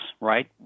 right